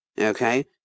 okay